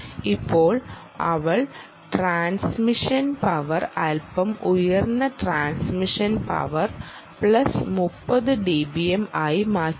ഇപ്പോൾ അവൾ transmission power അല്പം ഉയർന്ന ട്രാൻസ്മിഷൻ പവർ പ്ലസ് 30 ഡിബിഎം ആയി മാറ്റുന്നു